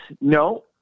No